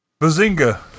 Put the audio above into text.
Bazinga